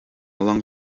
along